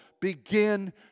begin